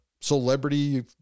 celebrity